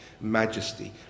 majesty